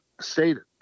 stated